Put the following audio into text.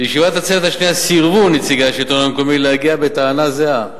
לישיבת הצוות השנייה סירבו נציגי השלטון המקומי להגיע בטענה זהה.